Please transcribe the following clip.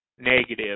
negative